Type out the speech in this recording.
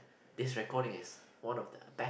this recording is one of the bet